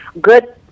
good